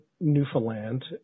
Newfoundland